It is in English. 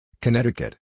Connecticut